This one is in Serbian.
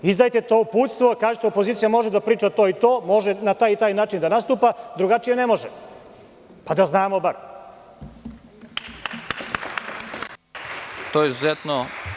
Izdajte to uputstvo i kažite opozicija može da priča to i to i može na taj i taj način da nastupa i drugačije ne može, pa da bar znamo.